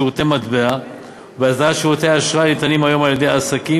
שירותי מטבע ובאסדרת שירותי האשראי הניתנים היום על-ידי עסקים